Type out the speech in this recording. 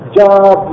job